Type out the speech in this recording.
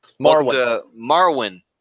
Marwin